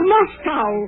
Moscow